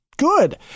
good